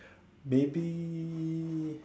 may be